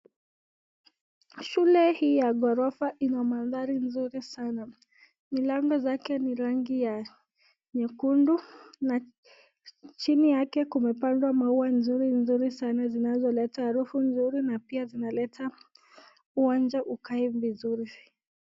Shule hii ya ghorofa ina mandhari nzuri sana milango zake zina rangi ya nyekundu, na chini yake kumepandwa maua mzuri nzuri sana zinazoleta harufu mzuri na zinaleta uwanja ukae vizuri.